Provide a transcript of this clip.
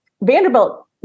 Vanderbilt